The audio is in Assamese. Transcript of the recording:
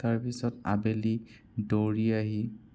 তাৰপিছত আবেলি দৌৰি আহি